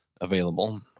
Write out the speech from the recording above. available